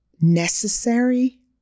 necessary